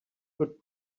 could